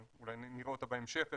אולי נראה אותה בהמשך הדיון,